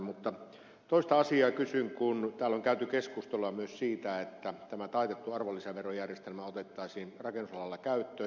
mutta toista asiaa kysyn kun täällä on käyty keskustelua myös siitä että tämä taitettu arvonlisäverojärjestelmä otettaisiin rakennusalalla käyttöön